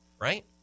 right